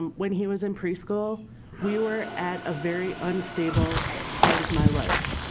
um when he was in pre-school we were at a very unstable part of my life.